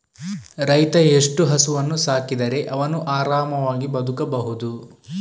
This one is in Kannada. ರೈತ ಎಷ್ಟು ಹಸುವನ್ನು ಸಾಕಿದರೆ ಅವನು ಆರಾಮವಾಗಿ ಬದುಕಬಹುದು?